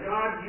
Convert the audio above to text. God